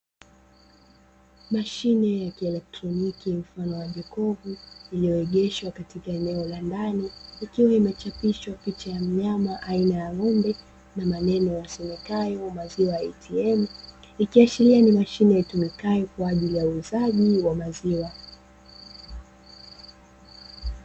Mashine ya kielektroniki mfano wa jokovu iliyoegeshwa katika eneo la ndani ikiwa imechapishwa picha ya mnyama aina ya ng'ombe na maneno ya somekayo maziwa a t m ikiashiria ni mashine itumikayo kwa ajili ya uzaji wa maziwa